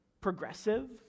Progressive